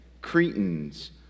Cretans